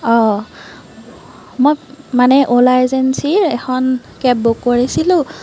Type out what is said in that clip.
মই মানে অ'লা এজেঞ্চীৰ এখন কেব বুক কৰিছিলো